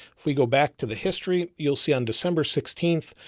if we go back to the history, you'll see on december sixteenth,